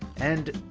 and,